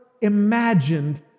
imagined